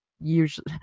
usually